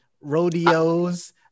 rodeos